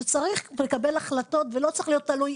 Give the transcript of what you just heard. שצריך לקבל החלטות ולא צריך להיות תלוי,